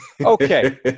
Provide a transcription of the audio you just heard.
okay